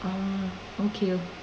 orh okay o~